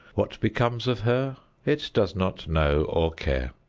what becomes of her it does not know or care.